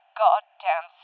goddamn